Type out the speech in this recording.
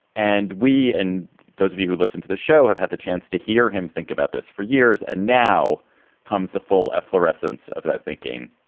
and we and those of you who listen to the show have had the chance to hear him think about this for years. and now comes the full efflorescence of that thinking.